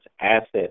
assets